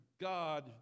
God